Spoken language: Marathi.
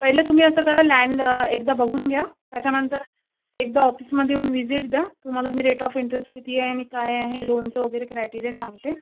पहिलं तुम्ही असं करा लँड एकदा बघून घ्या त्याच्यानंतर एकदा ऑफिसमध्ये येऊन व्हिजिट द्या तुम्हाला मी रेट ऑफ इंटरेस्ट किती आहे आणि काय आहे लोनचं वगैरे क्रायटेरिया सांगते